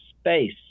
space